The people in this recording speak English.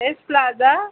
S plaza